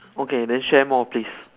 okay then share more please